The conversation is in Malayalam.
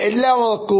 എല്ലാവർക്കും